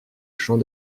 champ